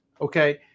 Okay